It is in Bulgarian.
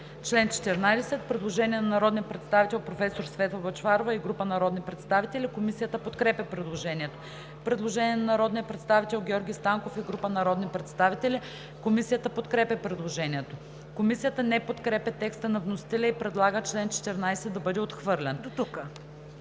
чл. 14 има предложение на народния представител професор Светла Бъчварова и група народни представители. Комисията подкрепя предложението. Предложение на народния представител Георги Станков и група народни представители. Комисията подкрепя предложението. Комисията не подкрепя текста на вносителя и предлага чл. 14 да бъде отхвърлен.